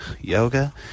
yoga